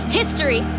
history